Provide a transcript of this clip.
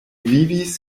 vivis